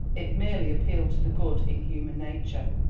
it merely appealed to the good in human nature.